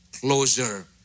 closer